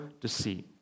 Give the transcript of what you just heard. deceit